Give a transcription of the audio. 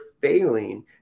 failing